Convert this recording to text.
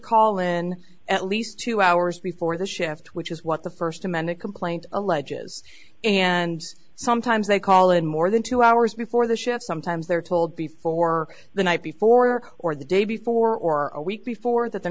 call in at least two hours before the shift which is what the first amended complaint alleges and sometimes they call in more than two hours before the ship sometimes they're told before the night before or the day before or a week before that they're